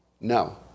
No